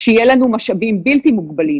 כשיהיו לנו משאבים בלתי מוגבלים,